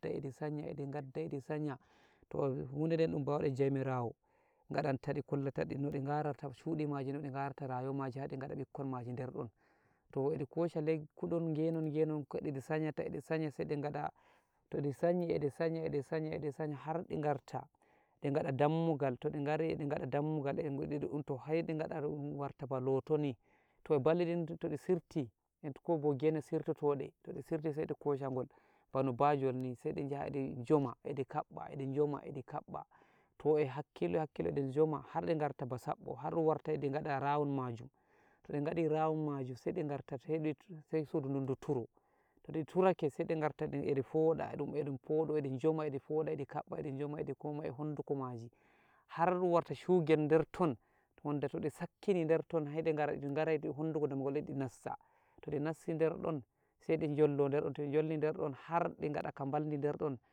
eɓi sanya eɓi ngaɗɗai eɗi sanya toh hudaden ɗum bawuɗe jomirawo ngaɗan taɗi kollata ɗi noɗi ngarata shuɗi maji noɗi ngarata rayuwa maji haɗi ngada ɓikkon maji derɗon to eɓi kosha lekkuɗon, ngenon-ngenon koɗi sanyata e ɗi sanya sai ɗi gada toɗi sanyi eɗi-sanya eɗi-sanya eɗi-sanya harɗi ngarta ɗi ngaɗa dammugal toɗi ngari eɗi ngaɗi dammugal eɗi dumɗuntu to heiɗi ngaɗa dun warta ba lotoni toh baliɗin toɗi sirti en ko bo gene sirtotoɗe toɗi sirti sai ɗi kosha gol bano bajol ni seɗin jaha di njoma edi kaɓɓa edi njoma edi kaɓɓa to e hakkilo-hakkilo eɗi njoma hardi ngarta ba saɓɓo har warta eɗi ngaɗa rawun majum, toɗi gaɗi rawun majum sai di garta sai di sai suduɗun du turo todi turake saiɗi garta ɗi-eɗi poɗa-eɗum-edumpoda eɗi njoma eɗi poɗa eɗi kaɓɓa eɗi njoma eɗi kowa e honduko maji har warta shugel derton wanda todi sakkini derton heiɗi ngara eɗi ngara honduko dammugal di nassa todi nassi derdon saiɗi njonlo derɗon toɗi njonli derɗon harɗi ngaɗaka balɗi nderdon.